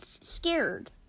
scared